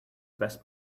best